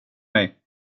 mig